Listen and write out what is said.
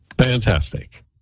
Fantastic